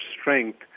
strength